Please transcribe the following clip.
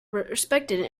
respected